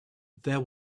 there